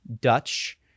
Dutch